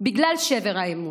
בגלל משבר האמון.